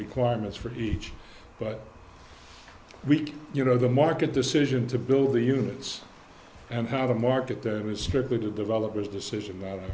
requirements for each but we you know the market decision to build the units and have a market that was strictly to developers decision